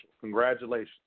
Congratulations